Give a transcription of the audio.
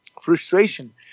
Frustration